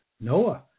Noah